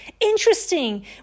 Interesting